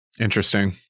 Interesting